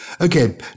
Okay